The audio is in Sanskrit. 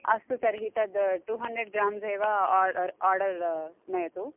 अस्तु तर्हि तद् टु हण्ड्रेड् ग्राम्ज़् एव आर् अर् आर्डर् नयतु